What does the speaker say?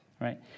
right